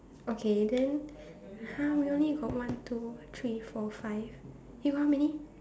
okay then !huh! we only got one two three four five you got how many